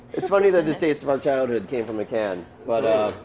it's funny the taste of um childhood came from a can. but,